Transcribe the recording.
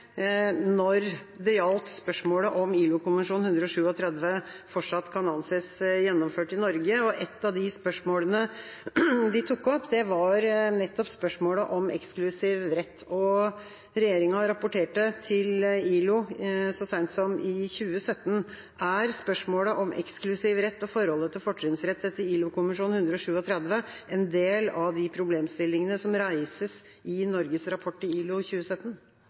når det gjaldt spørsmålet om ILO-konvensjon 137 fortsatt kan anses gjennomført i Norge. Ett av spørsmålene de tok opp, var nettopp spørsmålet om eksklusiv rett, og regjeringa rapporterte til ILO så seint som i 2017. Er spørsmålet om eksklusiv rett og forholdet til fortrinnsrett etter ILO-konvensjon 137 en del av de problemstillingene som reises i Norges rapport til ILO i 2017?